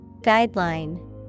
Guideline